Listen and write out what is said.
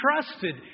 trusted